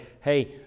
hey